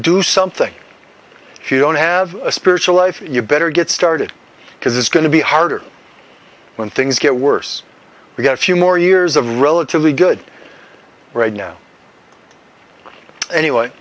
do something if you don't have a spiritual life you better get started because it's going to be harder when things get worse we've got a few more years of relatively good right now anyway